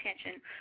attention